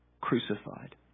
crucified